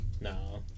No